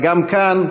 אלא גם כאן,